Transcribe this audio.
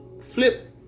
Flip